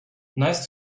nice